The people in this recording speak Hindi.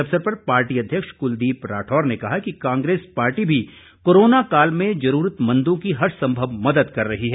इस अवसर पर पार्टी अध्यक्ष कूलदीप राठौर ने कहा कि कांग्रेस पार्टी भी कोरोना काल में जरूरतमंदों की हर संभव मदद कर रही है